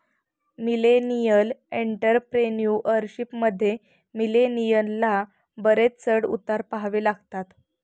millennial entrepreneurship मध्ये, मिलेनियलना बरेच चढ उतार पहावे लागतात